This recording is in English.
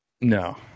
No